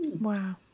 Wow